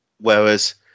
Whereas